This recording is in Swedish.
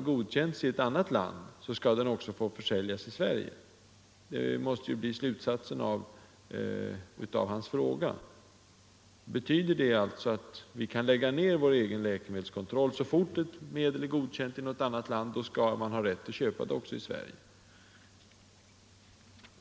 godkänts i ett annat land, så skall det också få försäljas i Sverige? Det måste ju bli slutsatsen av hans fråga. Betyder det alltså att vi kan lägga ned vår egen läkemedelskontroll och säga, att så fort ett medel är godkänt i något annat land, skall man ha rätt att köpa det också i Sverige?